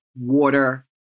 water